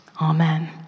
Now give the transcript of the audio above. Amen